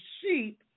sheep